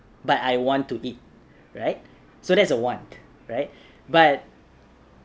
but I want to eat right so that's a want right but